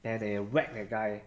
then they whack the guy